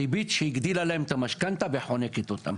הריבית שהגדילה להם את המשכנתא וחונקת אותם.